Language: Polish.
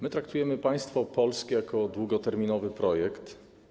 My traktujemy państwo polskie jako długoterminowy projekt.